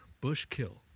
Bushkill